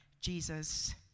Jesus